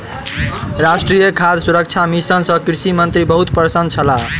राष्ट्रीय खाद्य सुरक्षा मिशन सँ कृषि मंत्री बहुत प्रसन्न छलाह